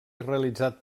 realitzat